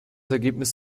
ergebnis